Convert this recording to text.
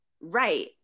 Right